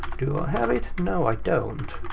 do i have it? no i don't.